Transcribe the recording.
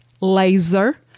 laser